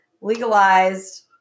legalized